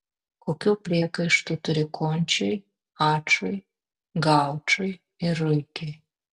kokių priekaištų turi končiui ačui gaučui ir ruikiui